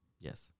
Yes